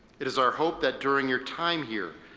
it is our hope that during your time here,